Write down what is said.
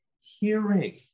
hearing